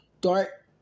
dark